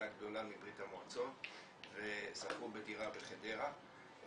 הגדולה מברית המועצות וזכו בדירה בחדרה,